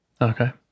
Okay